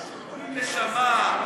עם נשמה,